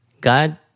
God